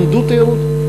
למדו תיירות.